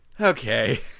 Okay